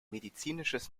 medizinisches